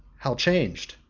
how changed!